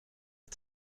est